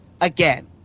again